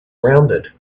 rounded